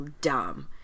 Dumb